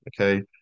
okay